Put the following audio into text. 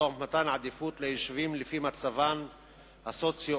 תוך מתן עדיפות ליישובים לפי מצבם הסוציו-אקונומי.